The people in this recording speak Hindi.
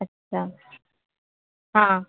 अच्छा हाँ